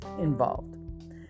involved